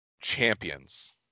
champions